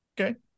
Okay